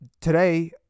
today